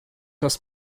das